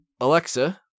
Alexa